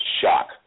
shock